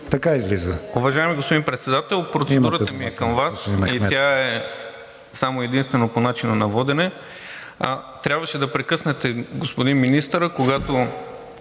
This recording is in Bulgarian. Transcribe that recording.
Така излиза.